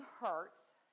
hurts